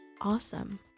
awesome